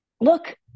Look